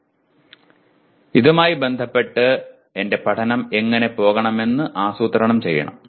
ഇപ്പോൾ ഇതുമായി ബന്ധപ്പെട്ട് എന്റെ പഠനം എങ്ങനെ പോകണമെന്ന് ആസൂത്രണം ചെയ്യണം